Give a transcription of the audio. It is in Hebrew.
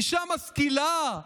אישה משכילה,